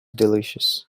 delicious